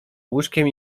łóżkiem